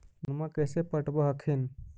धन्मा कैसे पटब हखिन?